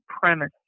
premise